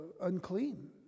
unclean